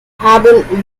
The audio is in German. haben